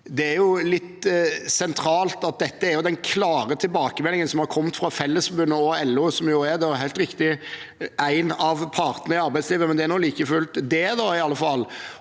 Det er ganske sentralt at dette er den klare tilbakemeldingen som har kommet fra Fellesforbundet og LO – som jo helt riktig er en av partene i arbeidslivet, men de er nå like fullt det da, iallfall.